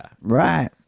Right